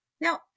Now